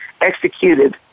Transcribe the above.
executed